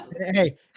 Hey